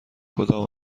کدام